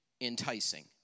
enticing